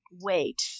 Wait